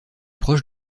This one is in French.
proche